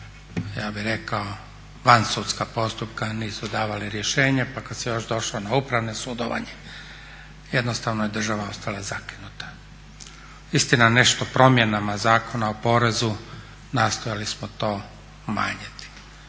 ja bih rekao van sudska postupka nisu davali rješenje. Pa kad se još došlo na upravno sudovanje jednostavno je država ostala zakinuta. Istina nešto promjenama Zakona o porezu nastojali smo to umanjiti.